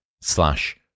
slash